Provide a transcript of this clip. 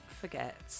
forget